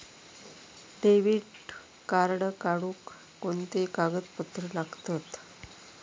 Debit card काढुक कोणते कागदपत्र लागतत?